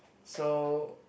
so